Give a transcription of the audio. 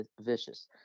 vicious